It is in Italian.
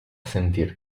sentir